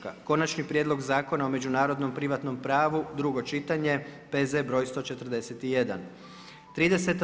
Konačni prijedlog zakona o međunarodnom privatnom pravu, drugo čitanje, P.Z. br. 141. 30.